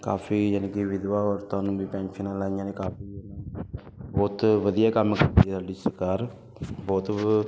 ਕਾਫ਼ੀ ਜਾਨੀ ਕਿ ਵਿਧਵਾ ਔਰਤਾਂ ਨੂੰ ਵੀ ਪੈਨਸ਼ਨ ਲਾਈਆਂ ਨੇ ਕਾਫ਼ੀ ਉੱਥੇ ਵਧੀਆ ਕੰਮ ਕਰਦੀ ਆ ਸਾਡੀ ਸਰਕਾਰ ਬਹੁਤ